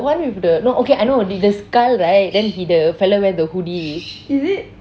the one with the skull right then the fellow wear the hoodie